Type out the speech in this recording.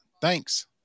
thanks